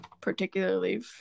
particularly